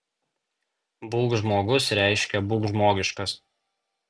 būk žmogus reiškia būk žmogiškas